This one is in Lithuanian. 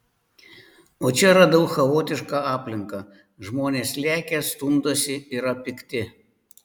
o čia radau chaotišką aplinką žmonės lekia stumdosi yra pikti